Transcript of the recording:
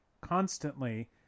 constantly